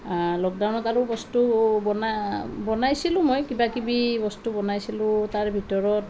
লকডাউনত আৰু বস্তু বনাইছিলোঁ মই কিবাকিবি বস্তু বনাইছিলোঁ তাৰ ভিতৰত